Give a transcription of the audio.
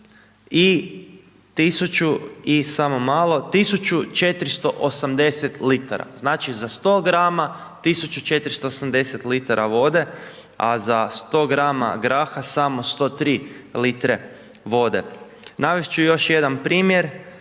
je 1480 litara, znači, za 100 gr. 1480 litara vode, a za 100 gr. graha samo 103 litre vode. Navest ću još jedan primjer